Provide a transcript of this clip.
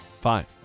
Five